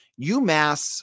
UMass –